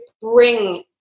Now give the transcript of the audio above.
bring